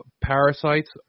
parasites